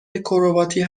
کرواتی